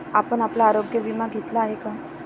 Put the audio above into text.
आपण आपला आरोग्य विमा घेतला आहे का?